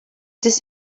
this